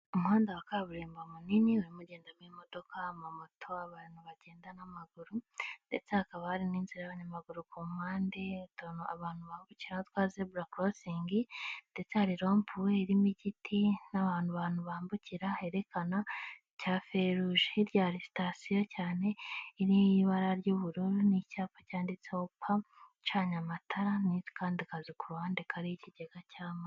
Umuhanda wa kaburimbo munini urimo ugendamo imodoka ama moto, abantu bagenda n'amaguru, ndetse hakaba hari n'inzira y'abanyamaguru ku mpande, utuntu abantu bambukiraho twa zebura korosingi, ndetse hari rompuwe irimo igiti n'ahantu abantu bambukira herekana cya ferugi. Hirya hari sitasiyo cyane iriho ibara ry'ubururu n'icyapa cyanditseho pamu, icanye amatara n'akandi kazu kari kuruhande kariho ikigega cy'amazi.